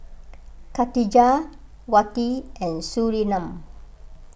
Khatijah Wati and Surinam